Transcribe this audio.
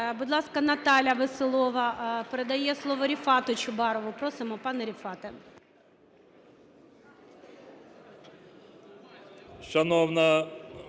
Будь ласка, Наталя Веселова передає слово Рефату Чубарову. Просимо, пане Рефате.